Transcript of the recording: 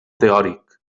teòric